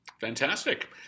Fantastic